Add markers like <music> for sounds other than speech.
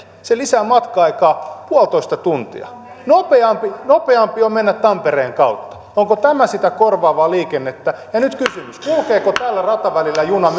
seinäjoki lisää matka aikaa puolitoista tuntia nopeampi nopeampi on mennä tampereen kautta onko tämä sitä korvaavaa liikennettä ja nyt kysymys kulkeeko tällä ratavälillä juna <unintelligible>